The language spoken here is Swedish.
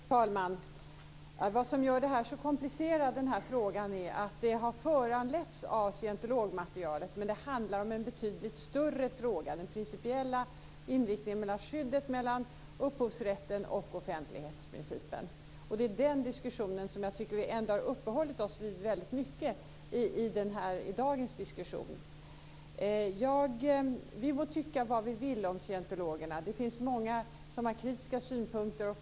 Fru talman! Vad som gör frågan så komplicerad är att den har föranletts av scientologmaterialet men att den handlar om en betydligt större fråga. Det gäller den principiella frågan om inriktningen av skyddet av upphovsrätten och offentlighetsprincipen. Det är den diskussion som vi har uppehållit oss vid väldigt mycket i dagens debatt. Vi må tycka vad vi vill om scientologerna. Det finns många som har kritiska synpunkter.